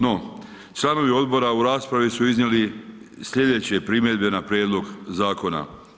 No, članovi odbora u raspravu su iznijeli sljedeće primjedbe na prijedlog zakona.